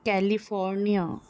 California